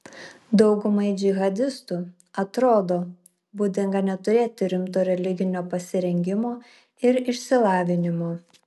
daugumai džihadistų atrodo būdinga neturėti rimto religinio pasirengimo ir išsilavinimo